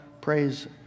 Praise